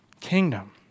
kingdom